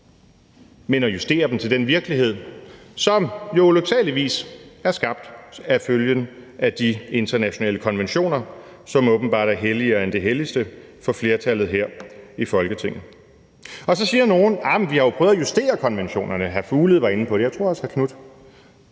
men at justere dem til den virkelighed, som jo ulyksaligvis er skabt af følgen af de internationale konventioner, som åbenbart er helligere end det helligste for flertallet her i Folketinget. Og så siger nogen: Arh, men vi har jo prøvet at justere konventionerne; hr. Mads Fuglede var inde på det, og jeg tror også, hr.